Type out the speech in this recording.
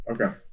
okay